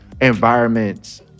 environments